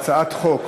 הצעת חוק